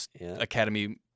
Academy